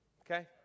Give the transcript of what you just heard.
Okay